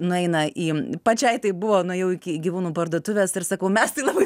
nueina į pačiai taip buvo nuėjau iki gyvūnų parduotuvės ir sakau mes tai labai